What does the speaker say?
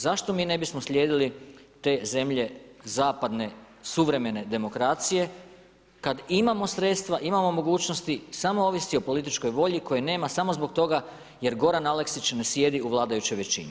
Zašto mi ne bismo slijedili te zemlje zapadne suvremene demokracije kad imamo sredstva, imamo mogućnosti samo ovisi o političkoj volji koje nema samo zbog toga jer Goran Aleksić ne sjedi u vladajućoj većini.